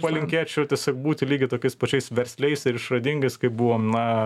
palinkėčiau tiesiog būti lygiai tokiais pačiais versliais ir išradingais kaip buvom na